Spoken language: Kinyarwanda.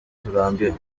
turambiwe